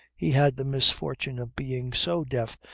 he had the misfortune of being so deaf,